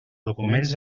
documents